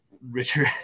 Richard